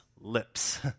lips